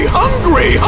hungry